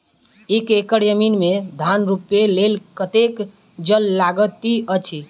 एक एकड़ जमीन मे धान रोपय लेल कतेक जल लागति अछि?